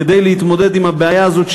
כדי להתמודד עם הבעיה הזאת,